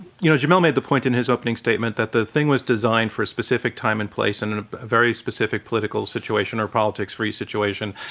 you know jamelle made the point in his opening statement that the thing was designed for a specific time and place, some and and very specific political situation or politics-free situation.